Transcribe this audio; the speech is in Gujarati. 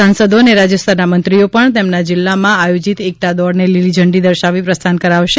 સાંસદો અને રાજયસ્તરના મંત્રીઓ પણ તેમના જિલ્લામાં આયોજીત એકતા દોડને લીલી ઝંડી દર્શાવી પ્રસ્થાન કરાવશે